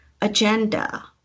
agenda